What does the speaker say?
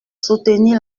soutenir